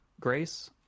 Grace